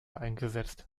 eingesetzt